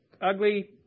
ugly